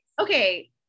Okay